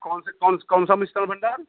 कौन से कौन से कौन सा मिष्ठान भंडार